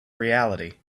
reality